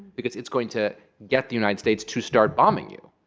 because it's going to get the united states to start bombing you,